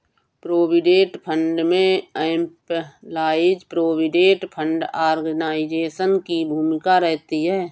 provident fund में employees provident fund organisation की भूमिका रहती है